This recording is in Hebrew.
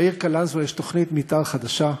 לעיר קלנסואה יש תוכנית מתאר חדשה.